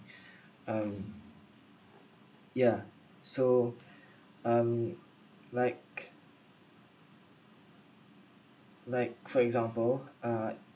um yeah so um like like for example uh